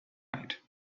night